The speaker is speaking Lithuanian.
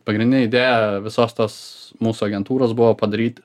pagrinė idėja visos tos mūsų agentūros buvo padaryt